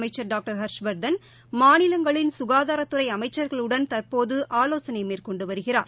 அமைச்சர் டாக்டர் ஹர்ஷவர்தன் மாநிலங்களின் சுகாதாரத்துறை அமைச்சர்களுடன் தற்போது ஆலோசனை மேற்கொண்டு வருகிறார்